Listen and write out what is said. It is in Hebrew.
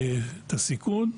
הסיכון.